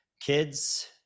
Kids